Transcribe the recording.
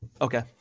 Okay